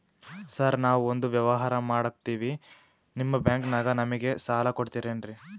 Sir ನಾವು ಒಂದು ವ್ಯವಹಾರ ಮಾಡಕ್ತಿವಿ ನಿಮ್ಮ ಬ್ಯಾಂಕನಾಗ ನಮಿಗೆ ಸಾಲ ಕೊಡ್ತಿರೇನ್ರಿ?